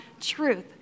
truth